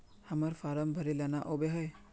हम्मर फारम भरे ला न आबेहय?